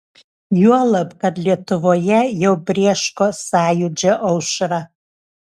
juolab kad lietuvoje jau brėško sąjūdžio aušra